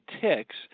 ticks